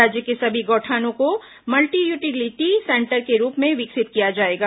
राज्य के सभी गौठानों को मल्टीयूटिलिटी सेंटर के रूप में विकसित किया जाएगा